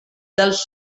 dels